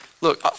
look